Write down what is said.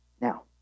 Now